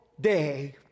day